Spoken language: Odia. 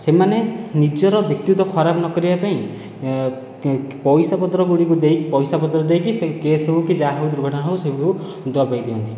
ସେମାନେ ନିଜର ବ୍ୟକ୍ତିତ୍ଵ ଖରାପ ନକରିବା ପାଇଁ ପଇସା ପତ୍ର ଗୁଡ଼ିକୁ ଦେଇ ପଇସାପତ୍ର ଦେଇକି ସେହି କେସ୍ ହେଉ କି ଯାହା ହେଉ ଦୁର୍ଘଟଣା ହେଉ ସେ ବି ହେଉ ଦବାଇ ଦିଅନ୍ତି